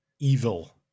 evil